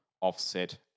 offset